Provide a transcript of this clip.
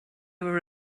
were